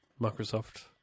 Microsoft